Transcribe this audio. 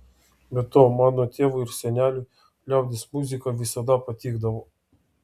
be to mano tėvui ir seneliui liaudies muzika visada patikdavo